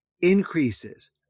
increases